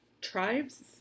tribes